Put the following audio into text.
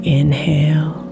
inhale